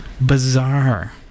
Bizarre